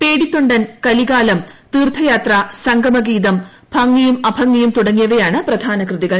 പേടിത്തൊണ്ടൻ കലികാലം തീർത്ഥയാത്ര സംഗമഗീതം ഭംഗിയും അഭംഗിയും തുടങ്ങിയവയാണ് പ്രധാന കൃതികൾ